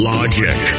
Logic